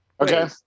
okay